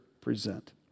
present